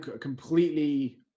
completely